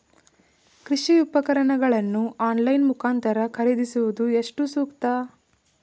ಕೃಷಿ ಉಪಕರಣಗಳನ್ನು ಆನ್ಲೈನ್ ಮುಖಾಂತರ ಖರೀದಿಸುವುದು ಎಷ್ಟು ಸೂಕ್ತ?